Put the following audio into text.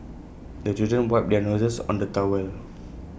the children wipe their noses on the towel